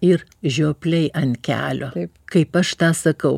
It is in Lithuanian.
ir žiopliai ant kelio kaip aš tą sakau